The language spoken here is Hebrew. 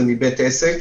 זה מניסיון